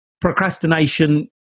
procrastination